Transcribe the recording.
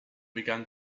began